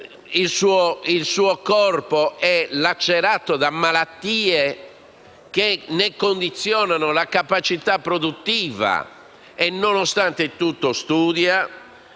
Il suo corpo è lacerato da malattie, che ne condizionano la capacità produttiva e, nonostante tutto, studia,